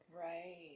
Right